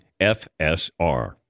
FSR